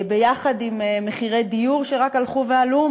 ביחד עם מחירי דיור שרק הלכו ועלו,